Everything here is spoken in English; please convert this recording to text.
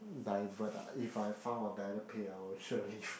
divert ah if I found a better pay I will surely